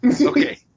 Okay